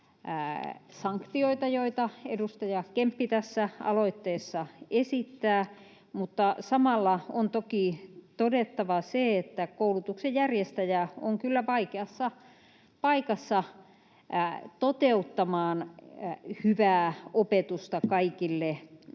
sanktioita, joita edustaja Kemppi tässä aloitteessa esittää, mutta samalla on toki todettava se, että koulutuksen järjestäjä on kyllä vaikeassa paikassa toteuttamaan hyvää opetusta kaikille